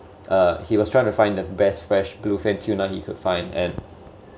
uh he was trying to find the best fresh blue fin tuna he could find and